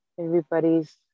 everybody's